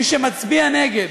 מי שמצביע נגד,